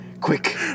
Quick